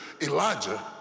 Elijah